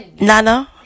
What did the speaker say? Nana